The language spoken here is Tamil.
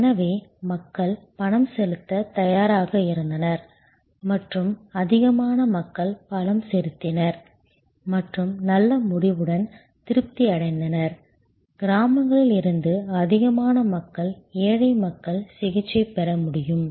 எனவே மக்கள் பணம் செலுத்த தயாராக இருந்தனர் மற்றும் அதிகமான மக்கள் பணம் செலுத்தினர் மற்றும் நல்ல முடிவுடன் திருப்தி அடைந்தனர் கிராமங்களில் இருந்து அதிகமான மக்கள் ஏழை மக்கள் சிகிச்சை பெற முடியும்